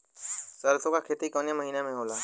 सरसों का खेती कवने महीना में होला?